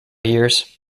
years